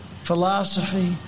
philosophy